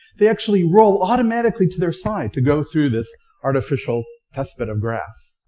they actually roll automatically to their side to go through this artificial test bit of grass.